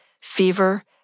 fever